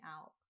out